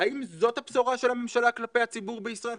האם זאת הבשורה של הממשלה כלפי הציבור בישראל,